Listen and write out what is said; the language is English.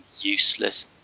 useless